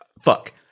fuck